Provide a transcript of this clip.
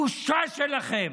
בושה שלכם.